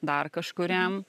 dar kažkuriam